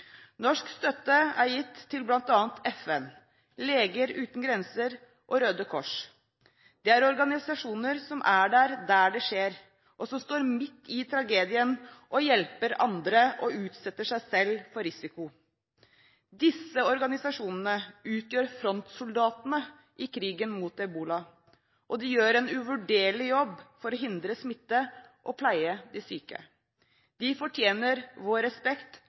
Røde Kors. Det er organisasjoner som er der det skjer, som står midt i tragedien, og som hjelper andre og utsetter seg selv for risiko. Disse organisasjonene utgjør frontsoldatene i krigen mot ebola, og de gjør en uvurderlig jobb for å hindre smitte og pleie de syke. De fortjener vår respekt